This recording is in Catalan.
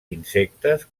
insectes